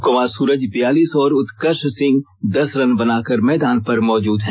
कुमार सूरज बियालीस और उत्कर्ष सिंह दस रन बनाकर मैदान पर मौजूद हैं